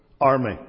army